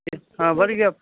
ਅਤੇ ਹਾਂ ਵਧੀਆ